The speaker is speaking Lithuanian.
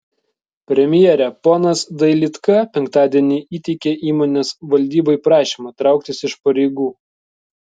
premjere ponas dailydka penktadienį įteikė įmonės valdybai prašymą trauktis iš pareigų